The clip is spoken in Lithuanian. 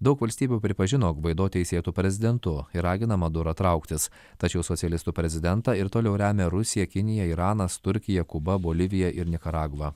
daug valstybių pripažino gvaido teisėtu prezidentu ir ragina madurą trauktis tačiau socialistų prezidentą ir toliau remia rusija kinija iranas turkija kuba bolivija ir nikaragva